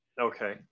Okay